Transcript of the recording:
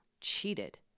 cheated